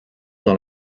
dans